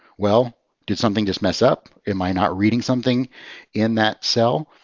well, did something just mess up? am i not reading something in that cell?